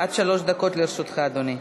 עד שלוש דקות לרשותך, אדוני.